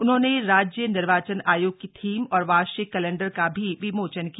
उन्होंने राज्य निर्वाचन आयोग की थीम और वार्षिक कैलेण्डर का भी विमोचन किया